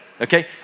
Okay